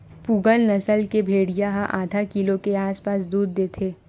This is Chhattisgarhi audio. पूगल नसल के भेड़िया ह आधा किलो के आसपास दूद देथे